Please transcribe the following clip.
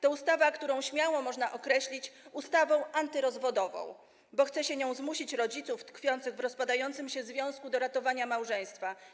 To ustawa, którą śmiało można określić ustawą antyrozwodową, bo chce się nią zmusić rodziców tkwiących w rozpadającym się związku do ratowania małżeństwa.